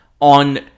on